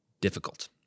difficult